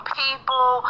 people